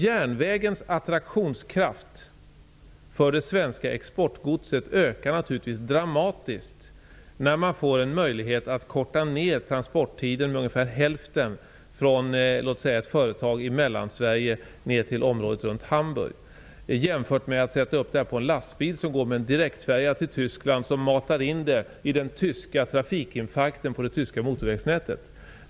Järnvägens attraktionskraft för det svenska exportgodset ökar dramatiskt, när man får en möjlighet att korta ner transporttiden med ungefär hälften från låt oss säga ett företag i Mellansverige ner till området runt Hamburg, om man jämför med att sätta godset på en lastbil, som går direkt till Tyskland med färja och sedan matas in i den tyska trafikinfarkten, på det tyska motorvägsnätet.